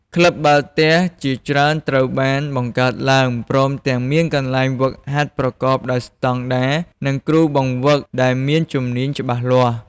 ក្លឹបបាល់ទះជាច្រើនត្រូវបានបង្កើតឡើង ព្រមទាំងមានកន្លែងហ្វឹកហាត់ប្រកបដោយស្តង់ដារ និងគ្រូបង្វឹកដែលមានជំនាញច្បាស់លាស់។